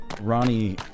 Ronnie